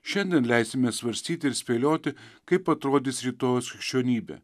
šiandien leisimės svarstyti ir spėlioti kaip atrodys rytojaus krikščionybė